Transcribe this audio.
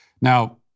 Now